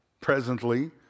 presently